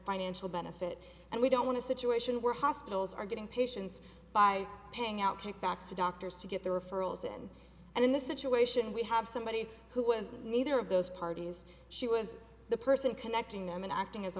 financial benefit and we don't want to situation where hospitals are getting patients by paying out kickbacks to doctors to get their referrals in and in this situation we have somebody who was neither of those parties she was the person connecting them and acting as a